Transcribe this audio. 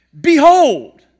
behold